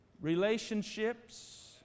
Relationships